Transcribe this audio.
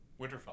Winterfell